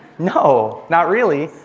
no, not really.